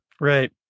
right